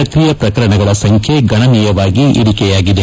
ಸಕ್ರಿಯ ಪ್ರಕರಣಗಳ ಸಂಖ್ಯೆ ಗಣನೀಯವಾಗಿ ಇಳಿಕೆಯಾಗಿದೆ